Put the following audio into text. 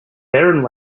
barren